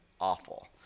awful